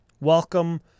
welcome